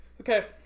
Okay